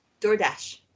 DoorDash